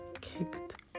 kicked